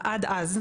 עד אז,